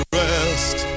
rest